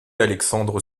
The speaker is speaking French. alexandre